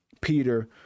Peter